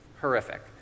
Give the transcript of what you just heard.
horrific